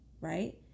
right